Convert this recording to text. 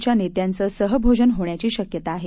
च्या नेत्यांचं सहभोजन होण्याची शक्यता आहे